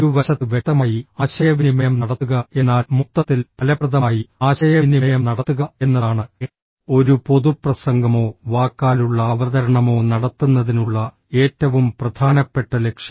ഒരു വശത്ത് വ്യക്തമായി ആശയവിനിമയം നടത്തുക എന്നാൽ മൊത്തത്തിൽ ഫലപ്രദമായി ആശയവിനിമയം നടത്തുക എന്നതാണ് ഒരു പൊതുപ്രസംഗമോ വാക്കാലുള്ള അവതരണമോ നടത്തുന്നതിനുള്ള ഏറ്റവും പ്രധാനപ്പെട്ട ലക്ഷ്യം